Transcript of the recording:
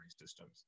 systems